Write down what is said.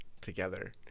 together